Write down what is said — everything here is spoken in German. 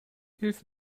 hilf